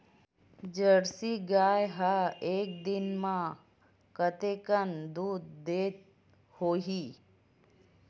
Jersey गाय ह एक दिन म कतेकन दूध देत होही?